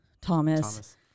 Thomas